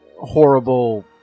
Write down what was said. horrible